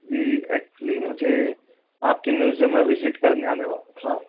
जी actually मुझे आपके museum में विज़िट करने आने का था